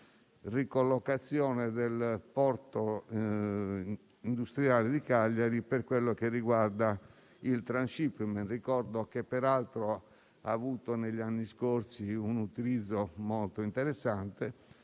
ricollocazione del porto industriale di Cagliari per quello che riguarda il *transhipment.* Ricordo peraltro che esso ha avuto negli anni scorsi un utilizzo molto interessante